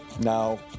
now